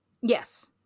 Yes